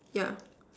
yeah